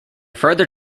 further